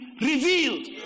revealed